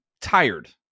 tired